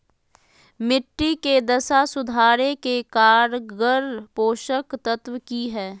मिट्टी के दशा सुधारे के कारगर पोषक तत्व की है?